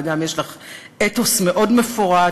וגם יש לך אתוס מאוד מפורט